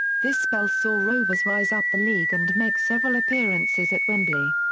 this spell saw rovers rise up the league and make several appearances at wembley.